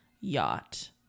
yacht